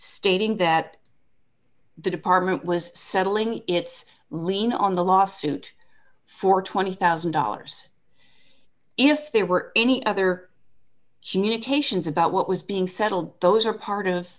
stating that the department was settling its lien on the lawsuit for twenty thousand dollars if there were any other she knew cations about what was being settled those are part of